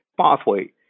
pathway